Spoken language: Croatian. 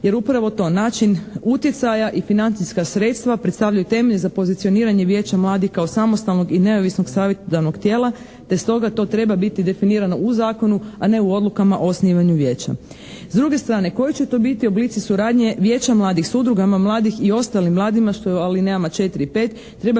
jer upravo to, način utjecaja i financijska sredstva predstavljaju temelj za pozicioniranje Vijeća mladih kao samostalnog i neovisnog savjetodavnog tijela, te stoga to treba biti definirano u Zakonu, a ne u odlukama o osnivanju Vijeća. S druge strane, koji će to biti oblici suradnje Vijeća mladih s udrugama mladih i ostalim mladima, što je u alinejama 4. i 5. Treba